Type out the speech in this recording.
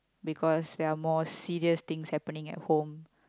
because there are more serious things happening at home